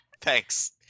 thanks